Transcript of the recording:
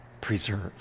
preserve